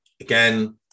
again